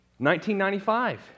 1995